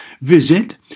Visit